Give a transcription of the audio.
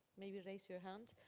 maybe raise your hand.